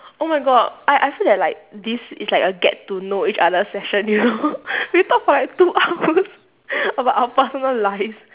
oh my god I I feel that like this is like a get to know each other session you know we talk for like two hours about our personal life